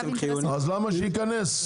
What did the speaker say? למה שייכנס?